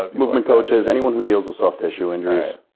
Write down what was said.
ah movement coaches, anyone who deals with soft tissue injuries.